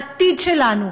לעתיד שלנו,